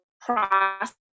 process